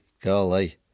Golly